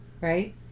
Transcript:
right